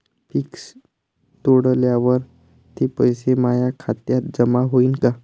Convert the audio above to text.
Fix तोडल्यावर ते पैसे माया खात्यात जमा होईनं का?